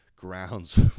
grounds